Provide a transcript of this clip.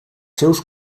seus